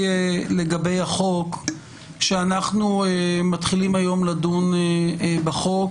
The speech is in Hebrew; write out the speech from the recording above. אנחנו מתחילים היום לדון בחוק,